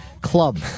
club